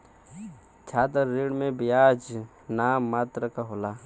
छात्र ऋण पे बियाज नाम मात्र क होला